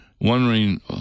wondering